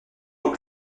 donc